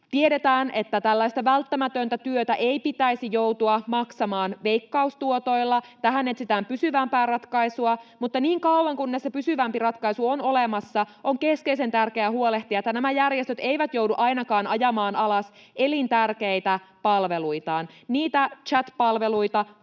Tiedetään, että tällaista välttämätöntä työtä ei pitäisi joutua maksamaan veikkaustuotoilla. Tähän etsitään pysyvämpää ratkaisua, mutta niin kauan, kunnes se pysyvämpi ratkaisu on olemassa, on keskeisen tärkeää huolehtia, että nämä järjestöt eivät joudu ainakaan ajamaan alas elintärkeitä palveluitaan, niitä chat-palveluita,